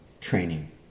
training